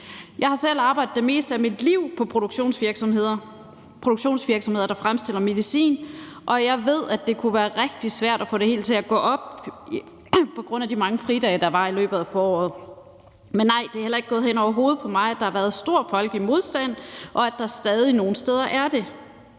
Jeg har selv arbejdet det meste af mit liv i produktionsvirksomheder, der fremstiller medicin, og jeg ved, at det kunne være rigtig svært at få det hele til at gå op på grund af de mange fridage, der var i løbet af foråret. Men nej, det er heller ikke gået hen over hovedet på mig, at der har været stor folkelig modstand, og at der nogle steder stadig